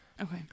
okay